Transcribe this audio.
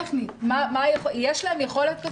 טכנית, יש להם יכולת כזאת?